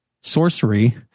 sorcery